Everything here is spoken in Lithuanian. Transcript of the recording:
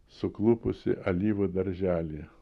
suklupusį alyvų darželyje